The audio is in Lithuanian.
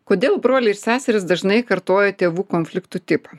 kodėl broliai ir seserys dažnai kartoja tėvų konfliktų tipą